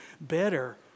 better